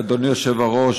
אדוני היושב-ראש,